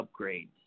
upgrades